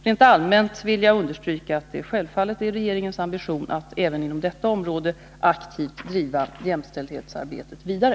Rent allmänt vill jag understryka att det självfallet är regeringens ambition att även inom detta område aktivt driva jämställdhetsarbetet vidare.